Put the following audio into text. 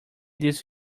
this